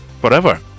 forever